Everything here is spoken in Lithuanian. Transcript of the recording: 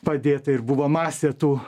padėta ir buvo masė tų